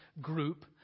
group